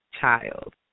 child